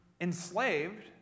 enslaved